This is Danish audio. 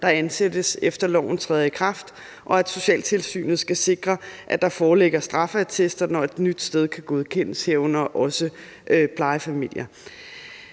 der ansættes, efter at loven træder i kraft, og at socialtilsynet skal sikre, at der foreligger straffeattester, når et nyt sted skal godkendes, herunder plejefamilier.